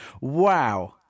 wow